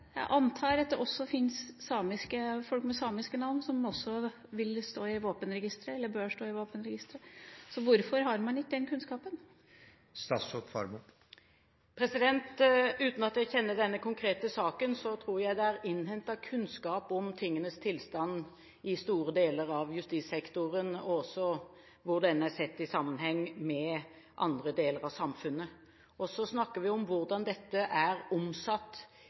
folk med samiske navn som bør stå i våpenregisteret. Hvorfor har man ikke denne kunnskapen? Uten at jeg kjenner til denne konkrete saken, tror jeg det er innhentet kunnskap om tingenes tilstand i store deler av justissektoren – også sett i sammenheng med andre deler av samfunnet. Vi snakker om hvordan dette